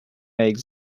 eggs